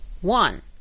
one